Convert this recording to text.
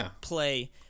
play